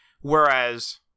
Whereas